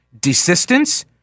desistance